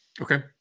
Okay